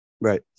Right